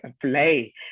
play